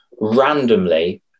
randomly